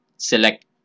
select